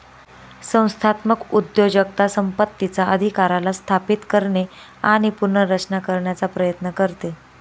संस्थात्मक उद्योजकता संपत्तीचा अधिकाराला स्थापित करणे आणि पुनर्रचना करण्याचा प्रयत्न करते